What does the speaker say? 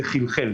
זה חלחל.